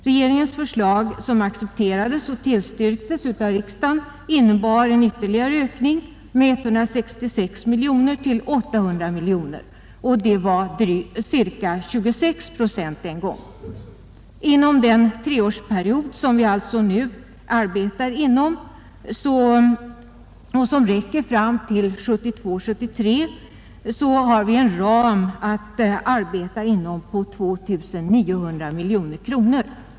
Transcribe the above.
Regeringens förslag som accepterades och tillstyrktes av riksdagen innebar en ytterligare ökning med 166 miljoner kronor till 800 miljoner kronor, dvs. cirka 26 procent. Under den treårsperiod som räcker till 1972/73 arbetar vi inom en ram på 2900 miljoner kronor.